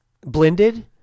blended